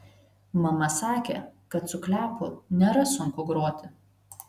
mama sakė kad su kliapu nėra sunku groti